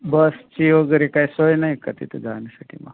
बसची वगैरे काय सोय ना का तिथे जाण्यासाठी मग